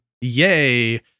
Yay